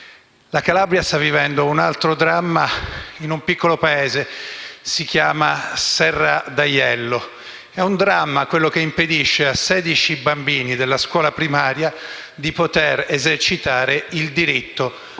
«Report», sta vivendo un altro dramma in un piccolo paese: Serra d’Aiello. È un dramma che impedisce a 16 bambini della scuola primaria di poter esercitare il diritto